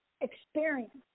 experience